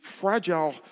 fragile